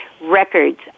records